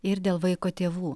ir dėl vaiko tėvų